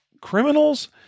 criminals